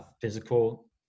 Physical